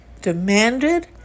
demanded